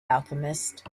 alchemist